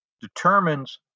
determines